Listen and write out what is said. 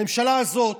לממשלה הזאת,